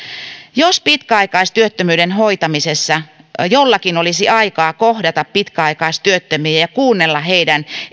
jos pitkäaikaistyöttömyyden hoitamisessa jollakin olisi aikaa kohdata pitkäaikaistyöttömiä ja kuunnella heidän